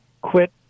quit